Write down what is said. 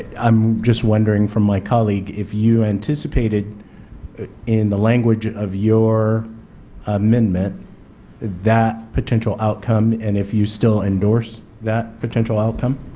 i'm just wondering from my colleague if you anticipated in the language of your amendment that potential outcome? and if you still endorse that potential outcome?